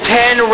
ten